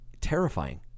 terrifying